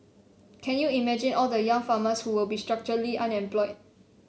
can you imagine all the young farmers who will be structurally unemployed